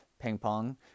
ping-pong